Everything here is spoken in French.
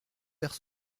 vers